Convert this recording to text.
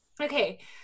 Okay